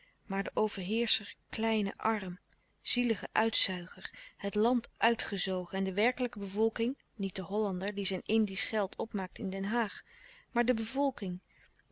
maar de overheerscher kleine arm zielige uitzuiger het land uitgezogen en de werkelijke bevolking niet de hollander die zijn indiesch geld opmaakt in den haag maar de bevolking